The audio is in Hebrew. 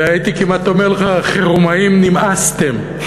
והייתי כמעט אומר לך: חרומאים, נמאסתם.